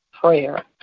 prayer